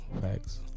facts